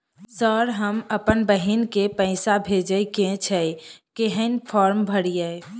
Sir हम अप्पन बहिन केँ पैसा भेजय केँ छै कहैन फार्म भरीय?